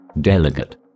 delegate